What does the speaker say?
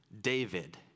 David